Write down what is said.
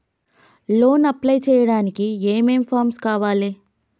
Loan apply చేయడానికి ఏం ఏం ఫామ్స్ కావాలే?